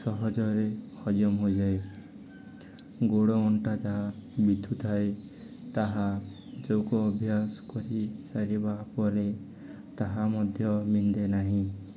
ସହଜରେ ହଜମ ହୋଇଯାଏ ଗୋଡ଼ ଅଣ୍ଟା ଯାହା ବିନ୍ଧୁ ଥାଏ ତାହା ଯୋଗ ଅଭ୍ୟାସ କରିସାରିବା ପରେ ତାହା ମଧ୍ୟ ବିନ୍ଧେ ନାହିଁ